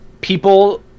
people